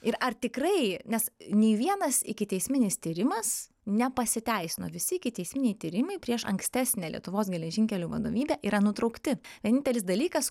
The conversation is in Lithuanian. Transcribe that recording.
ir ar tikrai nes nei vienas ikiteisminis tyrimas nepasiteisino visi ikiteisminiai tyrimai prieš ankstesnę lietuvos geležinkelių vadovybę yra nutraukti vienintelis dalykas